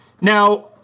Now